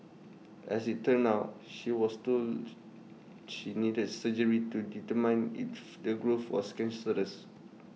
as IT turned out she was told she needed surgery to determine if the growth was cancerous